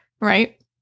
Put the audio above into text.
Right